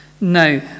No